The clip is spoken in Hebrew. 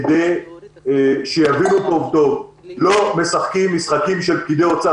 כדי שיבינו טוב-טוב: לא מְשחקים מִשחקים של פקידי אוצר,